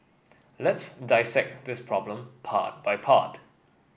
let's dissect this problem part by part